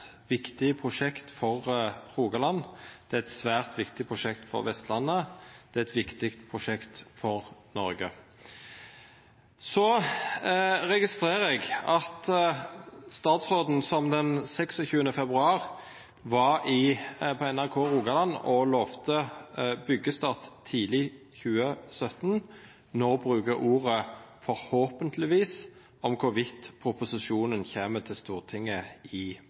viktig prosjekt for Rogaland. Det er eit svært viktig prosjekt for Vestlandet. Det er eit viktig prosjekt for Noreg. Eg registrerer at statsråden, som den 26. februar var på NRK Rogaland og lova byggjestart tidleg i 2017, no brukar ordet «forhåpentligvis» om kor vidt proposisjonen kjem til Stortinget i